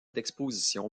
d’exposition